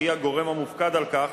שהיא הגורם המופקד על כך,